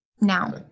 now